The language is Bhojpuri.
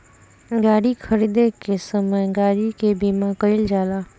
गाड़ी खरीदे के समय गाड़ी के बीमा कईल जाला